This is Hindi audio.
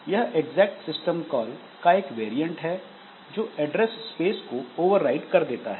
यह exec सिस्टम कॉल का एक वैरीअंट है जो एड्रेस स्पेस को ओवरराइट कर देता है